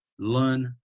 learn